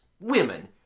women